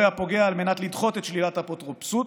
הפוגע על מנת לדחות את שלילת האפוטרופסות,